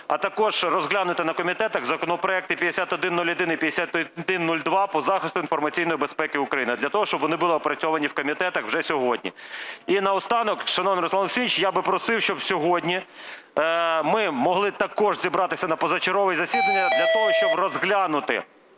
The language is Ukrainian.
а також розглянути на комітетах законопроекти 5101 і 5102 – по захисту інформаційної безпеки України, для того щоб вони були опрацьовані в комітетах вже сьогодні. І наостанок, шановний Руслан Олексійович, я би просив, щоб сьогодні ми могли також зібратися на позачергове засідання для того, щоб розглянути